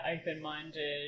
open-minded